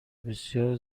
بسیار